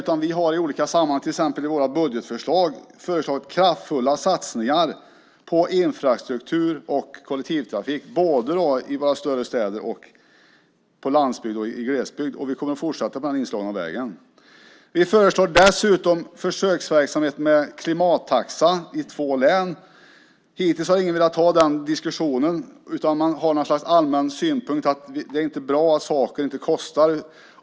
Men i olika sammanhang, till exempel i våra budgetförslag, har vi med kraftfulla satsningar på infrastruktur och kollektivtrafik både i våra större städer och i landsbygd och glesbygd. Vi kommer att fortsätta på den inslagna vägen. Dessutom föreslår vi en försöksverksamhet med en klimattaxa i två län. Hittills har ingen velat ta den diskussionen, utan det har varit något slags allmän synpunkt om att det inte är bra att saker inte kostar.